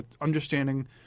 Understanding